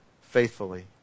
faithfully